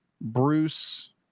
Bruce